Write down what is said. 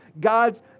God's